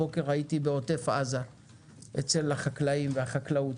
הבוקר הייתי בעוטף עזה אצל החקלאים והחקלאות.